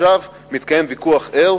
עכשיו מתקיים ויכוח ער